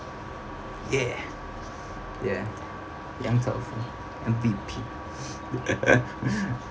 ya ya yong tau foo M_V_P